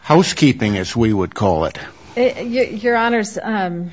housekeeping as we would call it